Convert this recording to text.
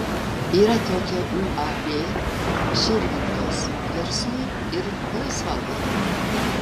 yra tokia uab širvintos verslui ir laisvalaikiui